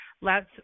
lets